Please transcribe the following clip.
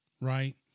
right